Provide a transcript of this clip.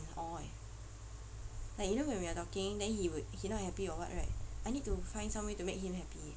and all eh like you know when we're talking then he not happy or [what] right I need to find some way to make him happy